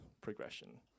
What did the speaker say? progression